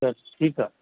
त ठीकु आहे